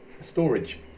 storage